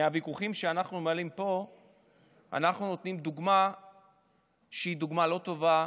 מהוויכוחים שאנחנו מעלים פה אנחנו נותנים דוגמה לא טובה